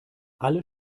alle